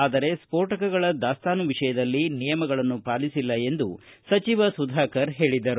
ಆದರೆ ಸ್ತೋಟಕಗಳ ದಾಸ್ತಾನುಗಳ ವಿಷಯದಲ್ಲಿ ನಿಯಮಗಳನ್ನು ಪಾಲಿಸಿಲ್ಲ ಎಂದು ಸಚಿವ ಸುಧಾಕರ ಹೇಳಿದರು